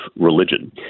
religion